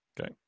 Okay